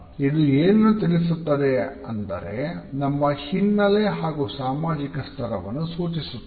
ಇದು ಏನನ್ನು ತಿಳಿಸುತ್ತದೆ ಅಂದರೆ ನಮ್ಮ ಹಿನ್ನಲೆ ಹಾಗೂ ಸಾಮಾಜಿಕ ಸ್ತರವನ್ನು ಸೂಚಿಸುತ್ತದೆ